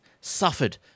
suffered